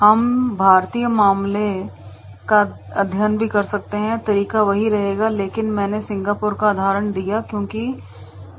हम भारतीय मामले का अध्ययन भी कर सकते हैं तरीका वही रहेगा लेकिन मैंने सिंगापुर का उदाहरण दिया है जो कि एक इंटरनेशनल एयरलाइंस है